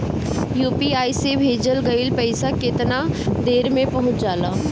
UPI से भेजल गईल पईसा कितना देर में पहुंच जाला?